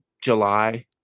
July